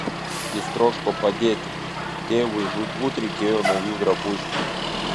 jis troško padėti tėvui žūtbūt reikėjo naujų drabužių